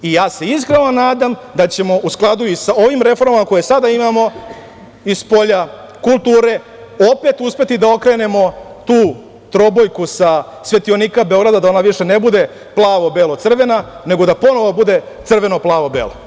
I ja se iskreno nadam da ćemo u skladu i sa ovim reformama koje sada imamo iz polja kulture opet uspeti da okrenemo tu trobojku sa svetionika Beograda, da ona više ne bude plavo-belo-crvena, nego da ponovo bude crveno-plavo-bela.